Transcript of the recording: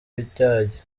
byajya